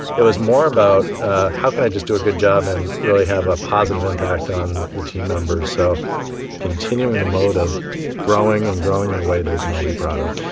it was more about how can i just do a good job and really have a positive impact on the team members? so continuing the mode of growing, and growing in a way that we can all be proud of.